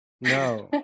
No